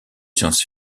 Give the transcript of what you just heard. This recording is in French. science